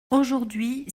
aujourd’hui